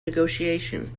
negotiation